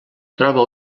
troba